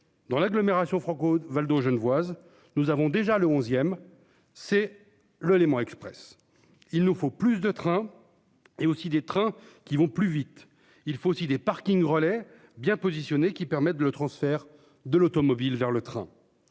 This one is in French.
dans l'agglomération franco-valdo-genevoise. Nous avons déjà le onzième c'est le Léman Express. Il nous faut plus de trains. Et aussi des trains qui vont plus vite, il faut aussi des parkings relais bien positionné qui permettent le transfert de l'automobile vers le train.